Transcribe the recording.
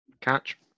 catch